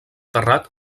terrat